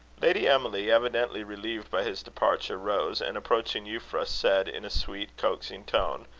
lady emily, evidently relieved by his departure, rose, and, approaching euphra, said, in a sweet coaxing tone,